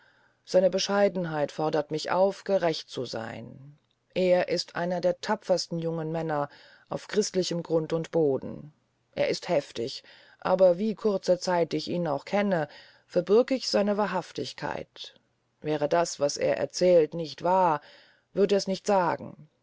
seine bescheidenheit fordert mich auf gerecht zu seyn er ist einer der tapfersten jungen männer auf christlichem grund und boden er ist heftig aber wie kurze zeit ich ihn auch kenne verbürg ich seine wahrhaftigkeit wäre das was er erzählt nicht wahr er würd es nicht sagen